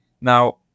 Now